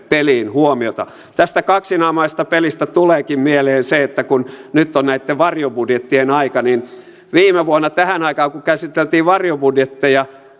peliin huomiota tästä kaksinaamaisesta pelistä tuleekin mieleen se että kun nyt on näitten varjobudjettien aika niin viime vuonna tähän aikaan kun käsiteltiin varjobudjetteja